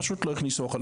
פשוט לא הכניסו אוכל.